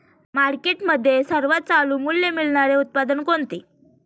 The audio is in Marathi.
मार्केटमध्ये सर्वात चालू मूल्य मिळणारे उत्पादन कोणते?